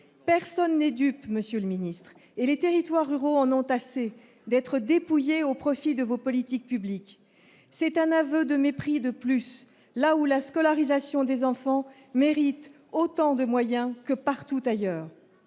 personne n'est dupe, Monsieur le Ministre et les territoires ruraux en ont assez d'être dépouillé au profit de vos politiques publiques, c'est un aveu de mépris et de plus, là où la scolarisation des enfants méritent autant de moyens que partout ailleurs,